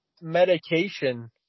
medication